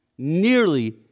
Nearly